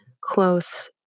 close